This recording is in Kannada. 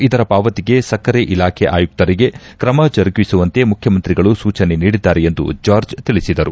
ಇದರ ಪಾವತಿಗೆ ಸಕ್ಕರೆ ಇಲಾಖೆ ಆಯುಕ್ತರಿಗೆ ್ರಮ ಜರುಗಿಸುವಂತೆ ಮುಖ್ಯಮಂತ್ರಿಗಳು ಸೂಚನೆ ನೀಡಿದ್ದಾರೆ ಎಂದು ಜಾರ್ಜ್ ತಿಳಿಸಿದರು